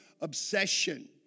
obsession